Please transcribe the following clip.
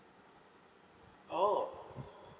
oh